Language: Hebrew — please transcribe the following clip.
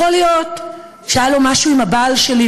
יכול להיות שהיה לו משהו עם הבעל שלי,